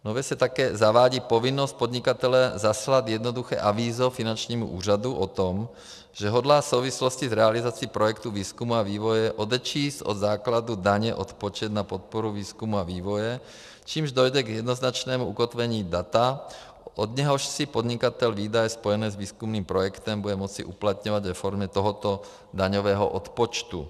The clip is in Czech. Nově se také zavádí povinnost podnikatele zaslat jednoduché avízo finančnímu úřadu o tom, že hodlá v souvislosti s realizací projektu výzkumu a vývoje odečíst od základu daně odpočet na podporu výzkumu a vývoje, čímž dojde k jednoznačnému ukotvení data, od něhož si podnikatel výdaje spojené s výzkumným projektem bude moci uplatňovat ve formě tohoto daňového odpočtu.